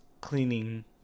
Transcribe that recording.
cleaning